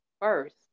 first